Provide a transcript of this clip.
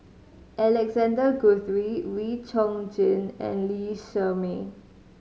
Alexander Guthrie Wee Chong Jin and Lee Shermay